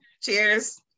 Cheers